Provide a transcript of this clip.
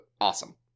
awesome